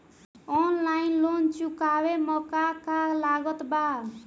Offline loan चुकावे म का का लागत बा?